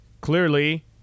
clearly